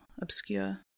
obscure